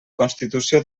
constitució